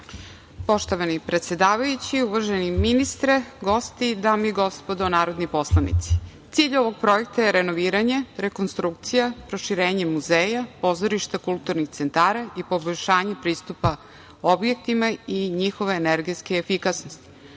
Poštovani predsedavajući, uvaženi ministre, gosti, dame i gospodo narodni poslanici, cilj ovog projekta je renoviranje, rekonstrukcija, proširenje muzeja, pozorišta, kulturnih centara i poboljšanje pristupa objekta i njihove energetske efikasnosti. Ovi